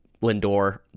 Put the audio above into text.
Lindor